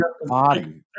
body